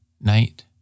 night